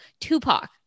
Tupac